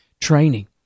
training